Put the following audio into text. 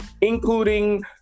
including